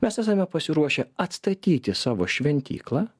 mes esame pasiruošę atstatyti savo šventyklą